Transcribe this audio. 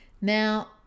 Now